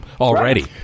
already